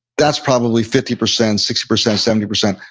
that's probably fifty percent, sixty percent, seventy percent.